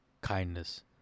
kindness